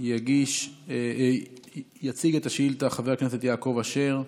יציג את שאילתה מס' 244 חבר הכנסת יעקב אשר,